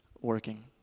working